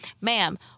ma'am